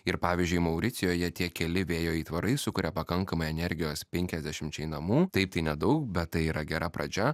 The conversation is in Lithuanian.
ir pavyzdžiui mauricijuje tie keli vėjo aitvarai sukuria pakankamai energijos penkiasdešimčiai namų taip tai nedaug bet tai yra gera pradžia